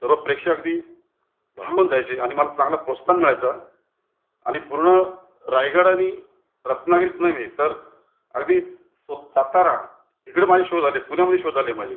सर्व प्रेक्षक अगदी भारावून जायचे आणि मला चांगला प्रोत्साहन मिळायचा आणि पूर्ण रायगड आणि रत्नागिरीत नव्हे तर अगदी सो सातारा इकडं माझे शो झाले पुण्यामध्ये शो झाले माझे